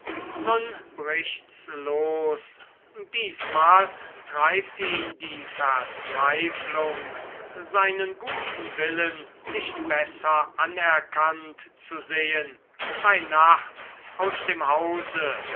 nun bricht's los diesmal treibt ihn die verzweiflung seinen guten willen nicht besser anerkannt zu sehen bei nacht aus dem hause